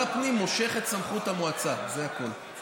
ושר הפנים מושך את סמכות המועצה, זה הכול.